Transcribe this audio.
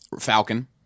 Falcon